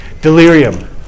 Delirium